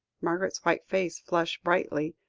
margaret's white face flushed brightly,